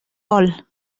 vol